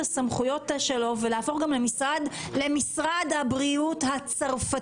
הסמכויות שלו ולהפוך למשרד הבריאות הצרפתי.